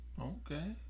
Okay